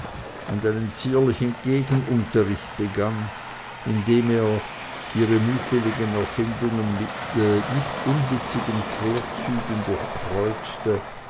und einen zierlichen gegenunterricht begann indem er ihre mutwilligen erfindungen mit nicht unwitzigen querzügen